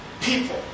people